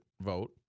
vote